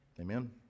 Amen